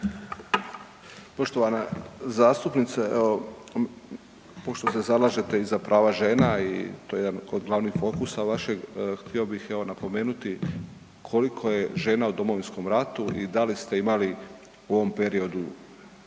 Poštovana zastupnice, evo pošto se zalažete i za prava žena i to je jedan od glavnih fokusa vašeg, htio bih evo napomenuti koliko je žena u Domovinskom ratu i da li ste imali u ovom periodu